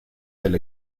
del